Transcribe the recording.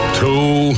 two